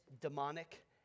demonic